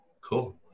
Cool